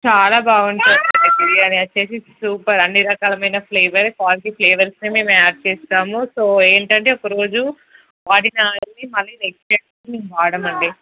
చాలా బాగుంటుందండి బిర్యానీ వచ్చి సూపర్ అన్ని రకాలైన ఫ్లేవర్ క్వాలిటీ ఫ్లేవర్సే మేము యాడ్ చేస్తాము సో ఏంటంటే ఒక రోజు వాడిన ఆయిల్ని మళ్ళీ నెక్స్ట్ డేకి వాడమండి